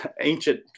ancient